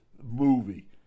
movie